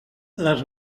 les